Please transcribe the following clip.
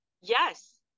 Yes